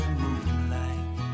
moonlight